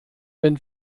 wenn